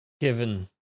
given